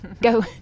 go